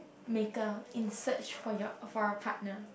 maker in search for your for a partner